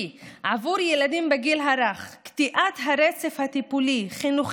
כי עבור ילדים בגיל הרך קטיעת הרצף הטיפולי-חינוכי